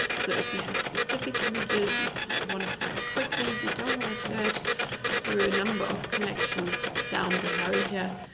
so, if you have specific images you want to find quickly, you don't want to search through a number of collections, down below here.